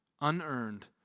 Unearned